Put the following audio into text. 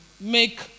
make